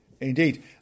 Indeed